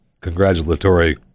congratulatory